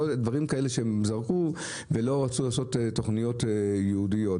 דברים כאלה שהם זרקו והם לא רצו לעשות תכניות ייעודיות.